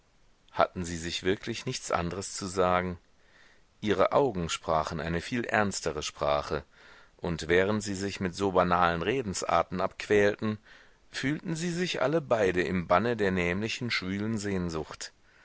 hatten sie sich wirklich nichts andres zu sagen ihre augen sprachen eine viel ernstere sprache und während sie sich mit so banalen redensarten abquälten fühlten sie sich alle beide im banne der nämlichen schwülen sehnsucht